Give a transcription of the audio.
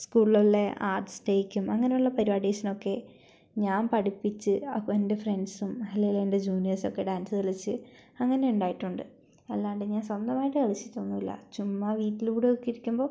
സ്കൂളിലുള്ള arts ഡേയ്ക്കും അങ്ങനുള്ള പരിപാടീസിനൊക്കെ ഞാൻ പഠിപ്പിച്ച് അപ്പോൾ എൻ്റെ ഫ്രണ്ട്സും അല്ലേൽ എൻ്റെ ജൂനിയേഴ്സൊക്കെ ഡാൻസ് കളിച്ച് അങ്ങനെയുണ്ടായിട്ടുണ്ട് അല്ലാണ്ട് ഞാൻ സ്വന്തമായിട്ട് കളിച്ചിട്ടൊന്നുമില്ല ചുമ്മാ വീട്ടിലൂടെയൊക്കെ ഇരിക്കുമ്പോൾ